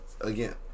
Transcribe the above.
again